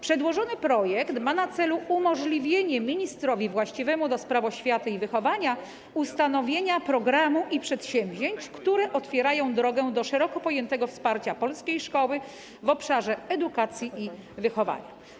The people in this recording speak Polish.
Przedłożony projekt ma na celu umożliwienie ministrowi właściwemu do spraw oświaty i wychowania ustanowienia programów i przedsięwzięć, które otwierają drogę do szeroko pojętego wsparcia polskiej szkoły w obszarze edukacji i wychowania.